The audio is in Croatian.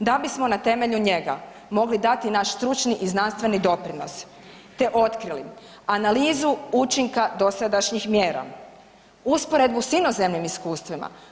da bismo na temelju njega mogli dati naš stručni i znanstveni doprinos te otkrili analizu učinka dosadašnjih mjera, usporedbu s inozemnim iskustvima.